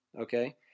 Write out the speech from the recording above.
Okay